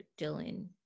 Dylan